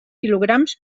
quilograms